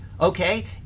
okay